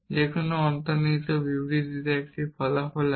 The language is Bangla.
যেকোন অন্তর্নিহিত বিবৃতিতে 1 ফলাফল আছে